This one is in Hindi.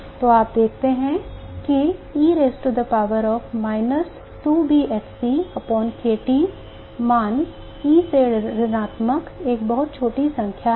तो आप देखते हैं कि मान e से ऋणात्मक एक बहुत छोटी संख्या है